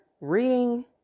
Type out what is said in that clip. reading